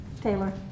taylor